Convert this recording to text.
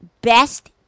Best